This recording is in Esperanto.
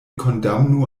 kondamnu